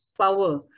power